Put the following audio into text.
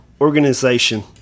organization